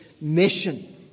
mission